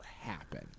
happen